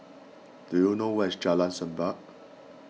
do you know where is Jalan Semerbak